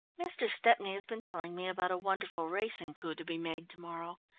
mr. stepney has been telling me about a wonderful racing coup to be made to-morrow.